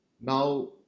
Now